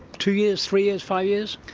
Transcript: two years, three years, five years?